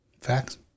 Facts